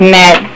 met